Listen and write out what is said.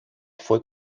fue